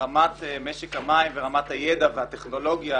רמת משק המים ורמת הידע והטכנולוגיה,